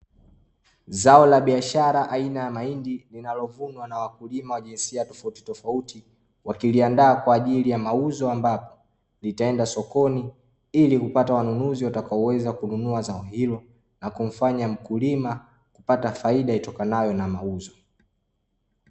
Zao la biashara aina ya mahindi linalovunwa na wakulima wa jinsia tofauti, wakiliandaa kwa ajili ya mauzo ambapo litaenda sokoni ili kupata wanunuzi watakaoweza kununua zao hilo na kumfanya mkulima kupata faida itokanayo na mauzo.